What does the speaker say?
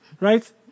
Right